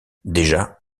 déjà